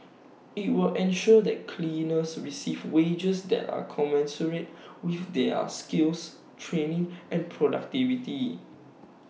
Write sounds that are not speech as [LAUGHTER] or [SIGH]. [NOISE] IT will ensure that cleaners receive wages that are commensurate with their skills training and productivity